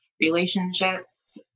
relationships